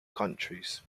countries